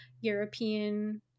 European